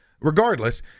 Regardless